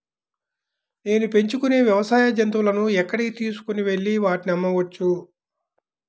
నేను పెంచుకొనే వ్యవసాయ జంతువులను ఎక్కడికి తీసుకొనివెళ్ళి వాటిని అమ్మవచ్చు?